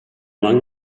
lang